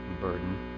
burden